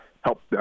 help